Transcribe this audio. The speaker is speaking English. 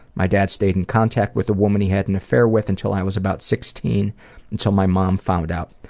my dad stayed in contact with the woman he had an affair with until i was about sixteen until my mom found out.